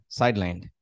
sidelined